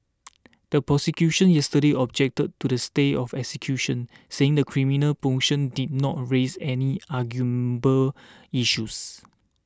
the prosecution yesterday objected to the stay of execution saying the criminal motion did not raise any arguable issues